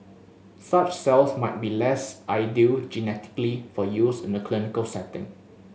such cells might be less ideal genetically for use in the clinical setting